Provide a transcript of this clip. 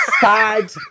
sad